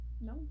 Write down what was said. No